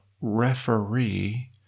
referee